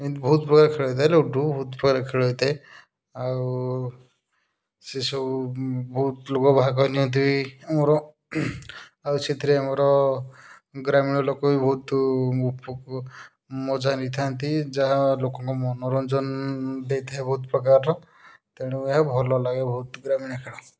ଏନ୍ତି ବହୁତ ପ୍ରକାର ଖେଳ ହେଇଥାଏ ଲୁଡ଼ୁ ବହୁତ ପ୍ରକାର ଖେଳ ହେଇଥାଏ ଆଉ ସେସବୁ ବହୁତ ଲୋକ ଭାଗ ନିଅନ୍ତି ଆମର ଆଉ ସେଥିରେ ଆମର ଗ୍ରାମୀଣ ଲୋକ ବି ବହୁତ ମଜା ନେଇଥାନ୍ତି ଯାହା ଲୋକଙ୍କ ମନୋରଞ୍ଜନ ଦେଇଥାଏ ବହୁତ ପ୍ରକାରର ତେଣୁ ଏହା ଭଲ ଲାଗେ ବହୁତ ଗ୍ରାମୀଣ ଖେଳ